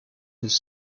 his